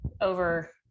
over